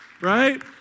Right